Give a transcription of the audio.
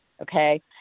Okay